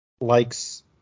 likes –